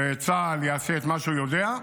וצה"ל יעשה את מה שהוא יודע.